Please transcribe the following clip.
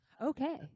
Okay